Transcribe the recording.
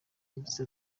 yagize